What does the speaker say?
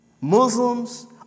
Muslims